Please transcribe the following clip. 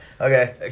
Okay